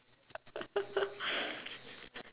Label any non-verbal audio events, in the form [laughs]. [laughs]